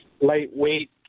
lightweight